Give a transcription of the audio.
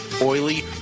oily